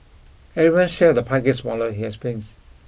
everyone's share of the pie gets smaller he explains